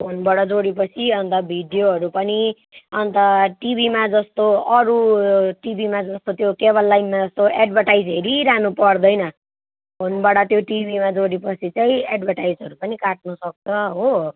फोनबाट जोडेपछि अन्त भिडियोहरू पनि अन्त टिभीमा जस्तो अरू टिभीमा जस्तो त्यो केबल लाइनमा त्यो एड्भर्टाइज हेरिरहनु पर्दैन फोनबाट त्यो टिभीमा जोडेपछि चाहिँ एड्भर्टाइजहरू पनि काट्नुसक्छ हो